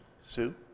Sue